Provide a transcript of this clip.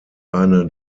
eine